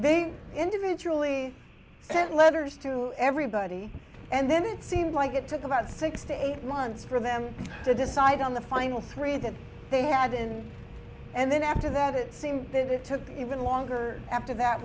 they individually sent letters to everybody and then it seemed like it took about six to eight months for them to decide on the final three that they had in and then after that it seemed that it took even longer after that